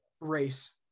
race